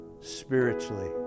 spiritually